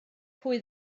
pwy